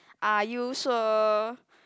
are you sure